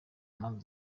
mpamvu